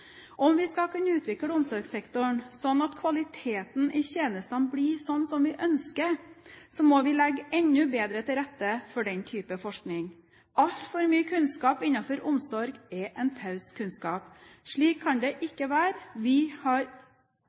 Om vi skal kunne utvikle omsorgssektoren slik at kvaliteten i tjenesten blir slik vi ønsker, må vi legge enda bedre til rette for den type forskning. Altfor mye kunnskap innenfor omsorg er en taus kunnskap. Slik kan det ikke være. Vi har